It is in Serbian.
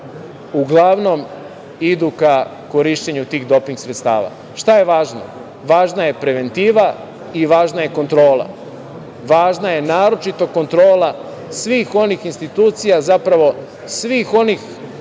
uglavnom idu ka korišćenju tih doping sredstava. Šta je važno? Važna je preventiva i važna je kontrola. Važna je naročito kontrola svih onih institucija, svih onih, kako bih